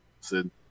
Sid